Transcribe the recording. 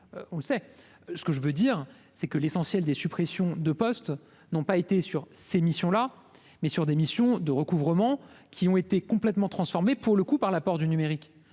on sait ce que je veux dire c'est que l'essentiel des suppressions de postes n'ont pas été sur ces missions-là mais sur des missions de recouvrement qui ont été complètement transformées pour le coup par la porte du numérique,